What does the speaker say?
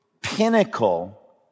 pinnacle